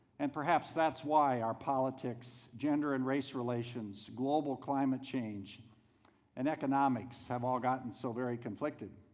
and perhaps that's why our politics, gender and race relations, global climate change and economics have all gotten so very conflicted.